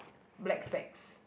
black specs